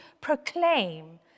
proclaim